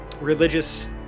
religious